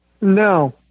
No